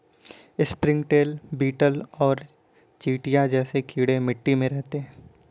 springtail, beetle और चींटियां जैसे कीड़े मिट्टी में रहते हैं